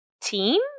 team